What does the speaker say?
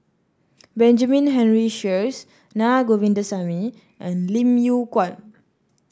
Benjamin Henry Sheares Na Govindasamy and Lim Yew Kuan